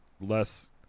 less –